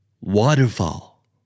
Waterfall